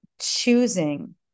choosing